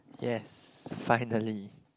yes finally